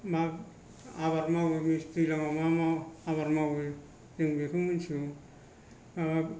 मा आबाद मावो मेसें दैज्लाङाव मा आबाद मावो बेखौ मिथिगौ